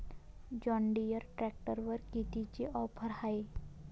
John Deere ट्रॅक्टरवर कितीची offer हाये?